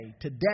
today